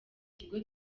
ikigo